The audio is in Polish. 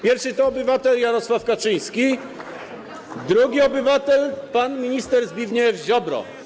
Pierwszy obywatel to Jarosław Kaczyński, drugi obywatel - pan minister Zbigniew Ziobro.